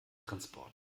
transporter